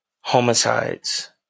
homicides